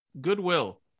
Goodwill